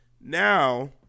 now